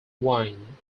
wine